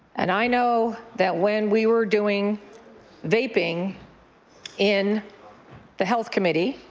and i know that when we were doing vaping in the health community